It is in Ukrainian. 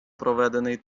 проведений